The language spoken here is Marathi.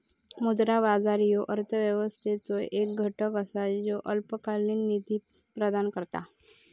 मुद्रा बाजार ह्यो अर्थव्यवस्थेचो एक घटक असा ज्यो अल्पकालीन निधी प्रदान करता